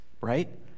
Right